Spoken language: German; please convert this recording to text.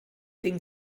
den